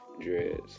Dreads